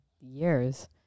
years